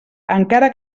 encara